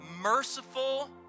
merciful